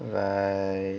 right